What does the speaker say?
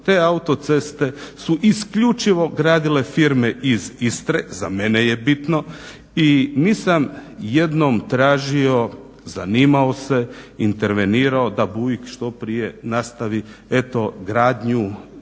te autoceste su isključivo gradile firme iz Istre. Za mene je bitno i nisam jednom tražio, zanimao se, intervenirao da Buik što prije nastavi eto gradnju